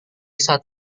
saat